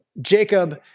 Jacob